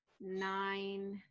nine